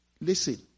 Listen